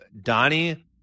Donnie